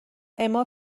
اما